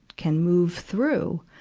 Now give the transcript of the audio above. can move through.